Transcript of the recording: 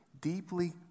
deeply